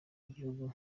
ibihugu